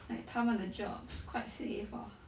like 他们 jobs quite safe ah